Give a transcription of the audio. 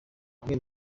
amwe